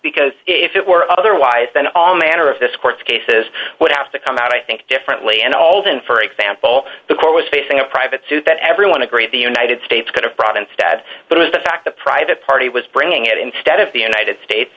because if it were otherwise then all manner of this court cases would have to come out i think differently and all than for example the court was facing a private suit that everyone agreed the united states could have brought instead but the fact the private party was bringing it into stead of the united states